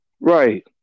Right